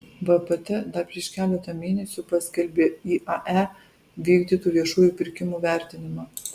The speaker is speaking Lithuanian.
vpt dar prieš keletą mėnesių paskelbė iae vykdytų viešųjų pirkimų vertinimą